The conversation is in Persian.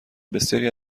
بسیاری